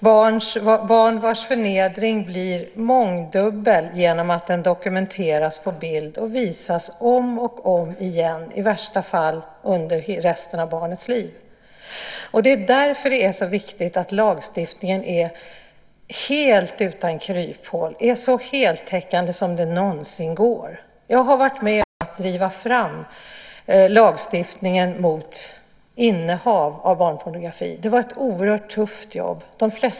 Det är barn vars förnedring blir mångdubbel genom att den dokumenteras på bild och visas om och om igen, i värsta fall under resten av barnets liv. Det är därför det är så viktigt att lagstiftningen är helt utan kryphål och så heltäckande som det någonsin går. Jag har varit med om att driva fram lagstiftningen mot innehav av barnpornografi. Det var ett oerhört tufft jobb.